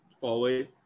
forward